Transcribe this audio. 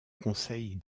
conseil